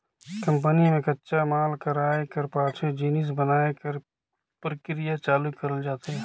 company में कच्चा माल कर आए कर पाछू जिनिस बनाए कर परकिरिया चालू करल जाथे